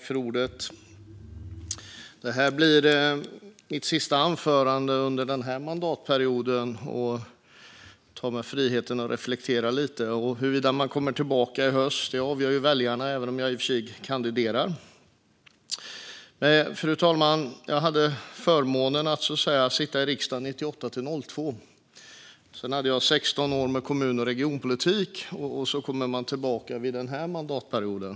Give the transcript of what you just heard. Fru talman! Det här blir mitt sista anförande under den här mandatperioden. Jag tar mig friheten att reflektera lite. Jag kandiderar visserligen, men huruvida jag kommer tillbaka i höst avgör ju väljarna. Fru talman! Jag hade förmånen att sitta i riksdagen 1998-2002. Därefter hade jag 16 år med kommun och regionpolitik, och sedan kom jag tillbaka till den här mandatperioden.